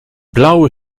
blauwe